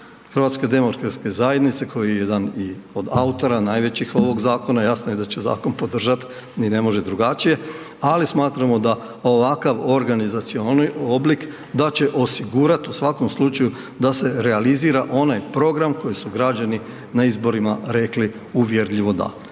uprava i bude. Naravno, Klub HDZ-a koji je jedan i od autora najvećih, ovog zakona, jasno je da će zakon podržati, ni ne može drugačije, ali smatramo da ovakav organizacioni oblik, da će osigurati, u svakom slučaju, da se realizira onaj program koji su građani na izborima rekli uvjerljivo da.